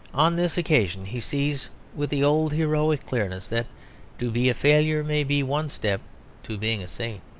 on this occasion he sees with the old heroic clearness that to be a failure may be one step to being a saint.